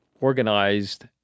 organized